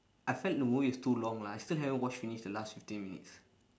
I felt the movie is too long lah I still haven't watch finish the last fifteen minutes